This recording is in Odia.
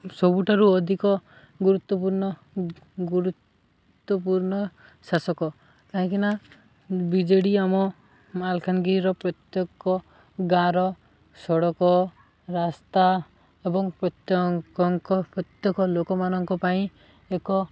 ସବୁଠାରୁ ଅଧିକ ଗୁରୁତ୍ୱପୂର୍ଣ୍ଣ ଗୁରୁତ୍ୱପୂର୍ଣ୍ଣ ଶାସକ କାହିଁକି ନା ବି ଜେ ଡ଼ି ଆମ ମାଲକାନଗିରିର ପ୍ରତ୍ୟେକ ଗାଁର ସଡ଼କ ରାସ୍ତା ଏବଂ ପ୍ରତ୍ୟେକଙ୍କ ପ୍ରତ୍ୟେକ ଲୋକମାନଙ୍କ ପାଇଁ ଏକ